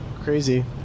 crazy